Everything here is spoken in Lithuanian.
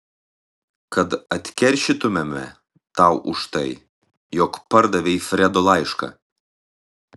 kad atkeršytumėme tau už tai jog pardavei fredo laišką